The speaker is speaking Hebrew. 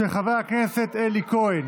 של חבר הכנסת אלי כהן.